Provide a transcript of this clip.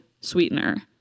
Sweetener